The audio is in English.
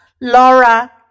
Laura